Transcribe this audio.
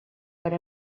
per